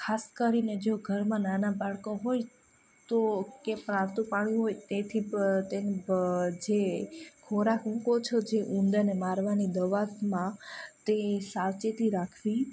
ખાસ કરીને જો ઘરમાં નાના બાળકો હોય તો કે પાલતુ પ્રાણી હોય તેથી તેની જે ખોરાક મૂકો છો જે ઉંદરને મારવાની દવામાં તે સાવચેતી રાખવી